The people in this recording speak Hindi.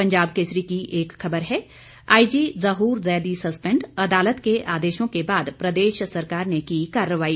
पंजाब केसरी की एक खबर है आईजी जहूर जैदी संस्पैंड अदालत के आदेशों के बाद प्रदेश सरकार ने की कार्रवाई